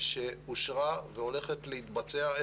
שאושרה והולכת להתבצע.